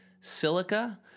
silica